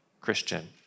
Christian